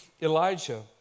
Elijah